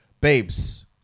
babes